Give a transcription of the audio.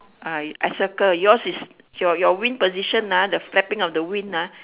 ah I circle yours is your your wing position ah the flapping of the wing ah